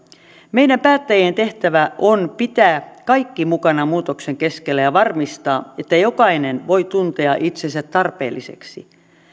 meidän päättäjien tehtävä on pitää kaikki mukana muutoksen keskellä ja varmistaa että jokainen voi tuntea itsensä tarpeelliseksi